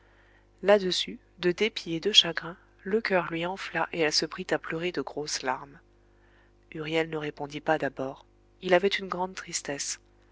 là-dessus de dépit et de chagrin le coeur lui enfla et elle se prit à pleurer de grosses larmes huriel ne répondit pas d'abord il avait une grande tristesse